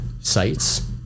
sites